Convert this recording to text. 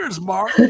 Mark